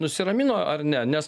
nusiramino ar ne nes